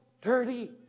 dirty